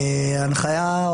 ההנחיה,